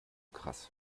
krass